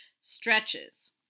Stretches